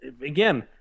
again